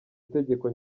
itegeko